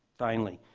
finally,